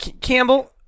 Campbell